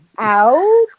out